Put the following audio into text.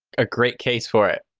a great case for it.